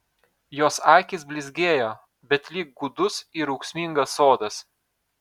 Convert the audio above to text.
jos akys blizgėjo bet lyg gūdus ir ūksmingas sodas